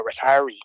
retiree